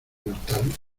mortal